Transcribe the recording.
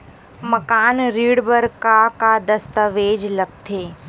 मकान ऋण बर का का दस्तावेज लगथे?